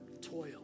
toil